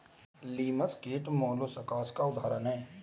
लिमस कीट मौलुसकास का उदाहरण है